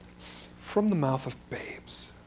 from the mouth of babes.